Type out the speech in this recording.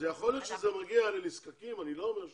יכול להיות שזה מגיע לנזקקים, אני לא אומר שלא,